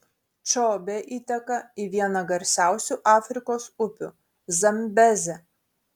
čobė įteka į vieną garsiausių afrikos upių zambezę